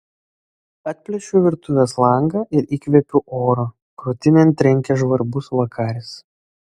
atplėšiu virtuvės langą ir įkvepiu oro krūtinėn trenkia žvarbus vakaris